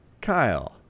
kyle